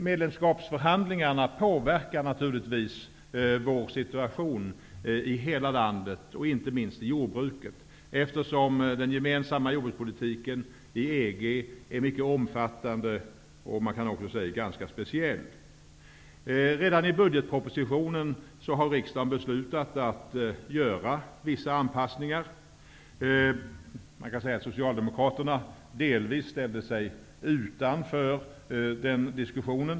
Medlemskapsförhandlingarna påverkar givetvis vår situation i hela landet, inte minst när det gäller jordbruket. Den gemensamma jordbrukspolitiken i EG är mycket omfattande och ganska speciell. Redan i samband med budgetpropositionen har riksdagen beslutat att göra vissa anpassningar. Man kan säga att socialdemokraterna delvis ställde sig utanför den diskussionen.